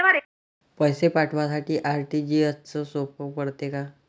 पैसे पाठवासाठी आर.टी.जी.एसचं सोप पडते का?